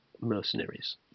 mercenaries